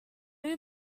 new